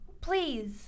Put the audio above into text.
please